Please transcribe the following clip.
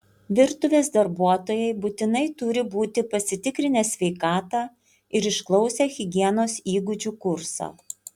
virtuvės darbuotojai būtinai turi būti pasitikrinę sveikatą ir išklausę higienos įgūdžių kursą